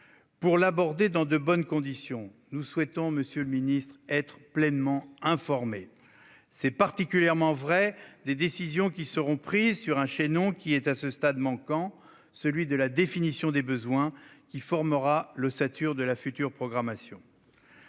Pour l'aborder dans de bonnes conditions, nous souhaitons être pleinement informés. C'est particulièrement vrai des décisions qui seront prises sur un chaînon qui est, à ce stade, manquant : celui de la définition des besoins, qui formera l'ossature de la future programmation.